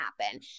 happen